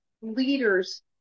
leaders